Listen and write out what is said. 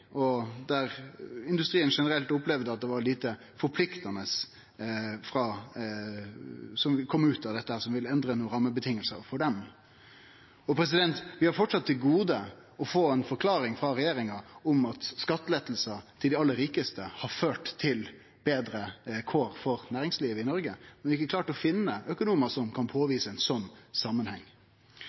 og industrien generelt opplevde at det kom lite forpliktande ut av det som ville endre rammevilkåra for dei. Vi har framleis til gode å få ei forklaring frå regjeringa om at skattelette til dei aller rikaste har ført til betre kår for næringslivet i Noreg. Vi har ikkje klart å finne økonomar som kan påvise ein slik samanheng.